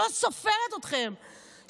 שלא סופרת אתכן,